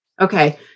Okay